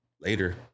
later